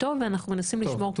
ומספר המתחמים,